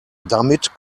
damit